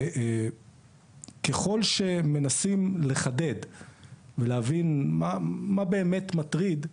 ככל שמנסים לחדד ולהבין מה באמת מטריד,